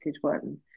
one